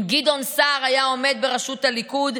אם גדעון סער היה עומד בראשות הליכוד,